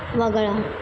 वगळा